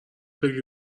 بگیر